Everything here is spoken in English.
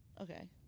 Okay